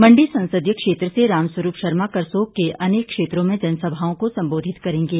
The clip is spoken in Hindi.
मंडी संसदीय क्षेत्र से रामस्वरूप शर्मा करसोग के अनेक क्षेत्रों में जनसभाओं को संबोधित करेंगे